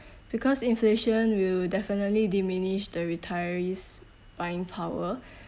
because inflation will definitely diminish the retirees buying power